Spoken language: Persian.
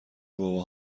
بابا